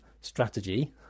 strategy